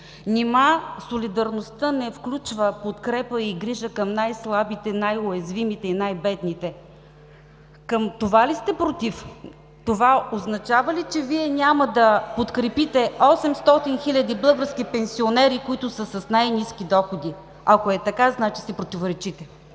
Нима солидарността не включва подкрепа и грижа към най-слабите, най-уязвимите и най-бедните? Против това ли сте? Това означава ли, че Вие няма да подкрепите 800 хил. български пенсионери, които са с най-ниски доходи? Ако е така, значи си противоречите.